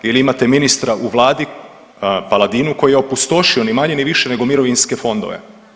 Ili imate ministra u Vladi Paladinu koji je opustošio ni manje ni više nego mirovinske fondove.